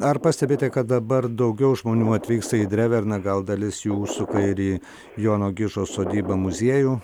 ar pastebite kad dabar daugiau žmonių atvyksta į dreverną gal dalis jų užsuka ir į jono gižo sodybą muziejų